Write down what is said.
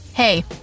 Hey